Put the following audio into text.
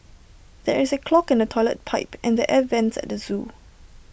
there is A clog in the Toilet Pipe and the air Vents at the Zoo